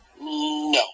No